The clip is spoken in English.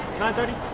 nine thirty